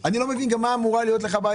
מה קרה?